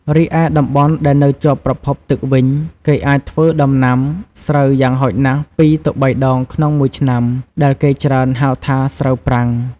រីឯតំបន់ដែលនៅជាប់ប្រភពទឹកវិញ គេអាចធ្វើដំណាំស្រូវយ៉ាងហោចណាស់ពីរទៅបីដងក្នុងមួយឆ្នាំ ដែលគេច្រើនហៅថាស្រូវប្រាំង។